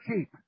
cheap